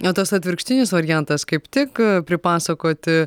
na tas atvirkštinis variantas kaip tik pripasakoti